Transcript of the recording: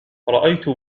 رأيت